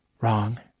Wrong